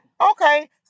Okay